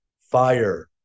fire